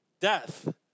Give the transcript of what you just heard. death